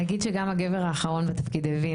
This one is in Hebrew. אני אגיד שגם הגבר האחרון בתפקיד הבין